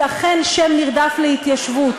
היא אכן שם נרדף להתיישבות.